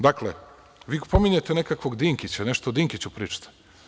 Dakle, vi pominjete nekakvog Dinkića, nešto o Dinkiću pričate.